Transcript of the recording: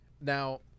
now